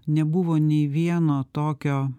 nebuvo nei vieno tokio